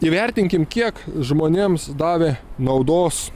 įvertinkim kiek žmonėms davė naudos